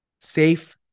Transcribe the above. Safe